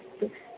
अस्तु